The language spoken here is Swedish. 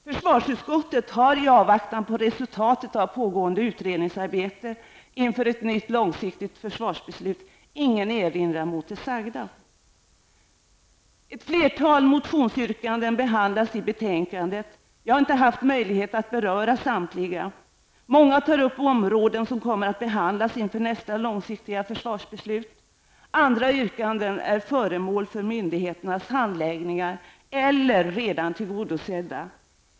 Försvarsutskottet har i avvaktan på resultatet av pågående utredningsarbete inför ett nytt långsiktigt försvarsbeslut ingen erinran mot det sagda. Ett flertal motionsyrkanden behandlas i betänkandet. Jag har inte haft möjlighet att beröra samtliga. Många tar upp områden som kommer att behandlas inför nästa långsiktiga försvarsbeslut. Andra yrkanden är föremål för myndigheternas handläggningar eller redan tillgodosedda.